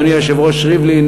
אדוני היושב-ראש ריבלין,